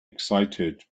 excited